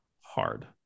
hard